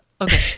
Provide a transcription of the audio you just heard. okay